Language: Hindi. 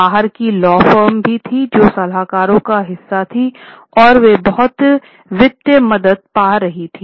बाहर की लॉ फर्में भी थीं जो सलाहकारों का हिस्सा थीं और वे बहुत वित्तीय मदद पा रही थी